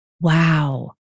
Wow